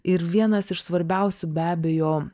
ir vienas iš svarbiausių be abejo